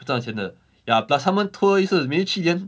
会赚钱的 ya plus 他们 tour 一次 maybe 去一年